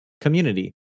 community